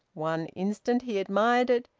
one instant he admired it,